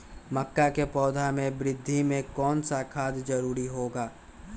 मक्का के पौधा के वृद्धि में कौन सा खाद जरूरी होगा?